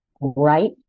right